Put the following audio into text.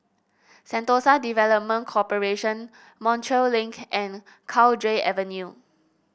Sentosa Development Corporation Montreal Link and Cowdray Avenue